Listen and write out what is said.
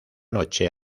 noche